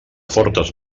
fortes